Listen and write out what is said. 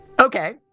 Okay